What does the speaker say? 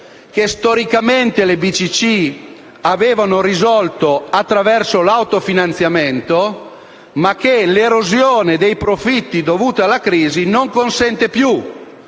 che storicamente le BCC avevano risolto attraverso l'autofinanziamento, ma che l'erosione dei profitti dovuta alla crisi non consente più.